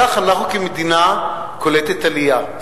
כך אנחנו, כמדינה קולטת עלייה.